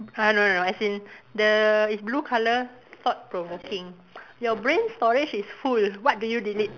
uh no no no as in the it's blue colour thought provoking your brain storage is full what do you delete